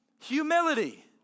Humility